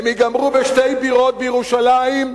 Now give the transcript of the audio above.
הם ייגמרו בשתי בירות בירושלים,